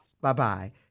Bye-bye